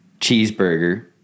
Cheeseburger